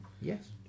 Yes